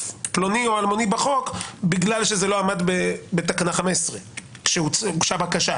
פלוני או אלמוני בחוק בגלל שזה לא עמד בתקנה 15 כשהוגשה בקשה.